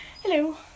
Hello